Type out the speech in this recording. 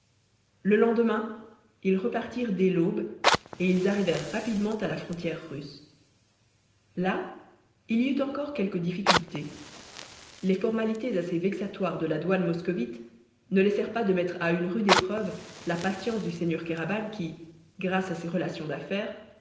le lendemain ils repartirent dès l'aube et ils arrivèrent rapidement à la frontière russe là il y eut encore quelques difficultés les formalités assez vexatoires de la douane moscovite ne laissèrent pas de mettre à une rude épreuve la patience du seigneur kéraban qui grâce à ses relations d'affaires